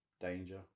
danger